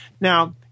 Now